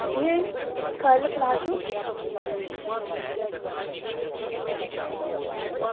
इं'या खाल्ली प्लाजो